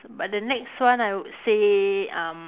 but the next one I would say um